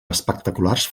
espectaculars